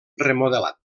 remodelat